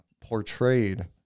portrayed